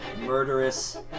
Murderous